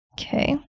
Okay